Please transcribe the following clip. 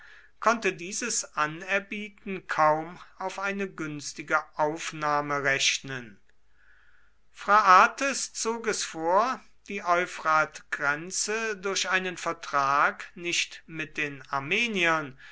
konnte dieses anerbieten kaum auf eine günstige aufnahme rechnen phraates zog es vor die euphratgrenze durch einen vertrag nicht mit den armeniern